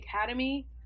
academy